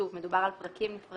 שוב, מדובר על פרקים נפרדים.